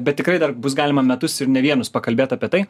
bet tikrai dar bus galima metus ir ne vienus pakalbėt apie tai